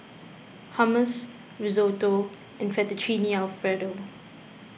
Hummus Risotto and Fettuccine Alfredo